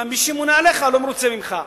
אם מי שממונה עליך לא מרוצה ממך.